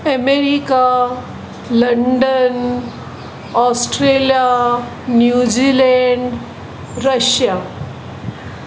America London Australia New Zealand Russia